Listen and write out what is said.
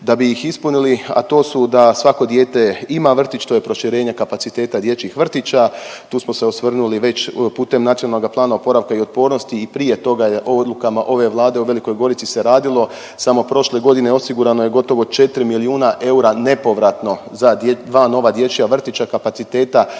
da bih ih ispunili, a to su da svako dijete ima vrtić, to je proširenje kapaciteta dječjih vrtića, tu smo se osvrnuli već putem Nacionalnog plana oporavka i otpornosti i prije toga odlukama ove Vlade u Velikoj Gorici se radilo samo prošle godine osigurano je gotovo 4 milijuna eura nepovratno za 2 nova dječja vrtića kapaciteta